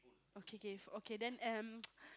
okay kay okay then um